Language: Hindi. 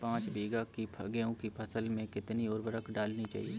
पाँच बीघा की गेहूँ की फसल में कितनी उर्वरक डालनी चाहिए?